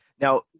now